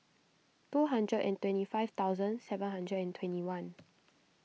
two hundred and twenty five thousand seven hundred and twenty one